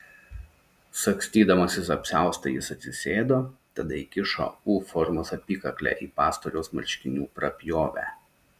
sagstydamasis apsiaustą jis atsisėdo tada įkišo u formos apykaklę į pastoriaus marškinių prapjovę